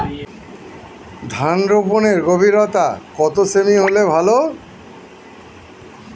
ধান রোপনের গভীরতা কত সেমি হলে ভালো?